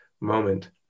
moment